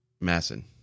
Masson